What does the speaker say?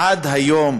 עד היום